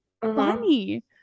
funny